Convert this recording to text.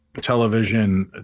television